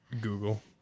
Google